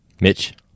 Mitch